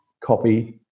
copy